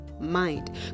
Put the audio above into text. mind